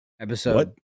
Episode